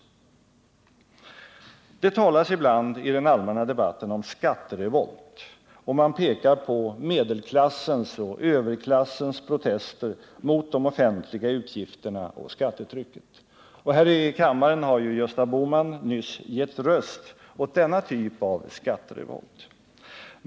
Det talas ibland i den allmänna debatten om skatterevolt, och man pekar på medelklassens och överklassens protester mot de offentliga utgifterna och skattetrycket. Och här i kammaren har ju Gösta Bohman nyss gett röst åt denna typ av skatterevolt.